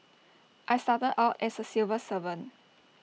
I started out as A civil servant